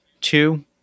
two